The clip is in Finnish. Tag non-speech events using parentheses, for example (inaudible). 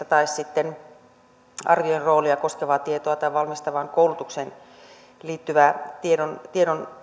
(unintelligible) tai sitten arvioijan roolia koskevan tiedon tai valmistavaan koulutukseen liittyvän tiedon tiedon